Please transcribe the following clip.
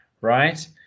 Right